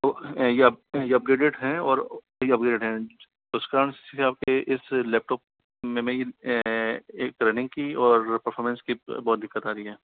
तो ये ये अब्ग्रेडेड हैं और ये अब्ग्रेड हैं इस कारण से ये आपके इस लैपटॉप एक टर्निंग की और पर्फोमेंस की बहुत दिक्कत आ रही है